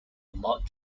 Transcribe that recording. log